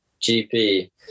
GP